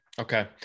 Okay